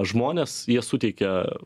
žmonės jie suteikia